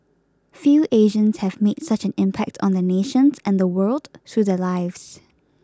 few Asians have made such an impact on their nations and the world through their lives